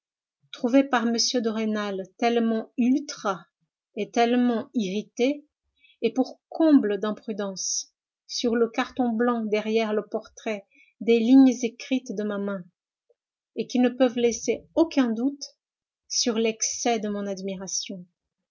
trouvé par m de rênal tellement ultra et tellement irrité et pour comble d'imprudence sur le carton blanc derrière le portrait des lignes écrites de ma main et qui ne peuvent laisser aucun doute sur l'excès de mon admiration